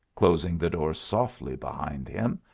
closing the door softly behind him.